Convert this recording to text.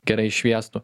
gerai šviestų